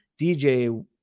DJ